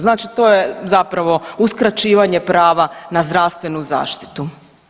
Znači to je zapravo uskraćivanje prava na zdravstvenu zaštitu.